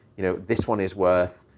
you know, this one is worth,